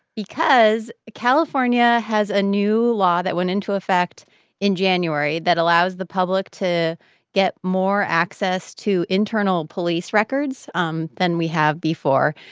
because california has a new law that went into effect in january that allows the public to get more access to internal police records um than we have before.